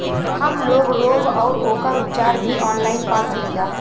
हमलोग रोग अउर ओकर उपचार भी ऑनलाइन पा सकीला?